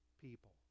people